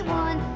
one